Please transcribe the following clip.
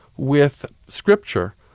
with scripture.